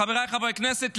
חבריי חברי הכנסת,